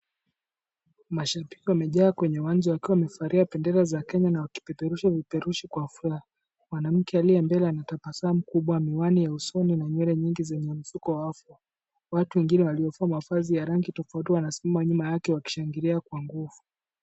Mashabiki wamejaa kwenye uwanja wakiwa wamevalia bendera za Kenya na wakipeperusha vipeperushi kwa furaha. Mwanamke aliye mbele ana tabasamu kubwa, miwani ya usoni na nywele nyingi zenye mfuko wa afya. Watu wengine waliovaa mavazi ya rangi tofauti wanasimama nyuma yake wakishangilia kwa nguvu.